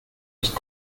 ich